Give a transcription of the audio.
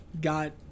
got